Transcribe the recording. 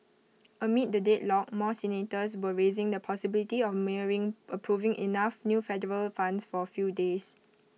amid the deadlock more senators were raising the possibility of merely approving enough new Federal Funds for A few days